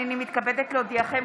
הינני מתכבדת להודיעכם,